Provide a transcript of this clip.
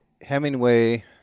Hemingway